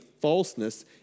falseness